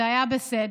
זה היה בסדר.